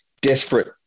desperate